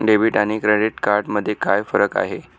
Debit आणि credit card मध्ये काय फरक आहे?